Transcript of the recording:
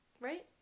right